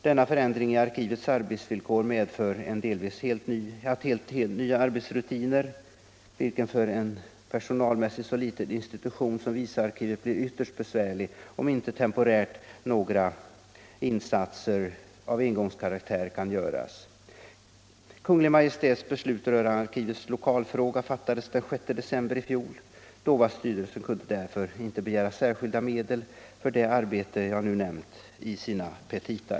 Denna förändring i arkivets arbetsvillkor medför delvis helt nya arbetsrutiner, vilka för en personalmässigt så liten institution som visarkivet blir ytterst besvärlig, om inte några extra insatser av engångskaraktär kan göras. Kungl. Maj:ts beslut rörande arkivets lokalfråga fattades den 6 december i fjol. DOVA styrelsen kunde därför inte begära några särskilda medel för det arbete jag nu nämnt i sina petita.